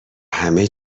همه